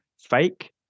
fake